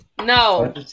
No